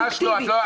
ממש לא.